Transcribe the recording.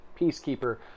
peacekeeper